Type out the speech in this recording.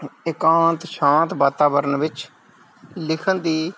ਇਕਾਂਤ ਸ਼ਾਂਤ ਵਾਤਾਵਰਨ ਵਿੱਚ ਲਿਖਣ ਦੀ